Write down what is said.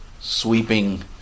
sweeping